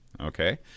okay